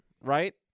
right